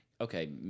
okay